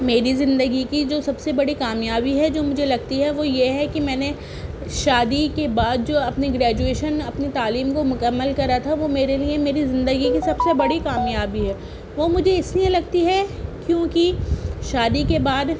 میری زندگی کی جو سب سے بڑی کامیابی ہے جو مجھے لگتی ہے وہ یہ ہے کہ میں نے شادی کے بعد جو اپنی گریجویشن اپنی تعلیم کو مکمل کرا تھا وہ میرے لیے میری زندگی کی سب سے بڑی کامیابی ہے وہ مجھے اس لیے لگتی ہے کیونکہ شادی کے بعد